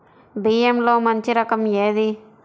బియ్యంలో మంచి రకం ఏది?